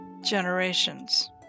generations